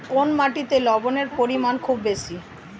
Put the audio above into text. কোন মাটিতে লবণের পরিমাণ খুব বেশি?